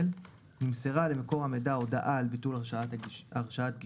נמסרה למקור המידע הודעה על ביטול הרשאת גישה,